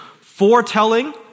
Foretelling